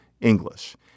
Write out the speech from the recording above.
English